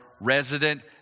resident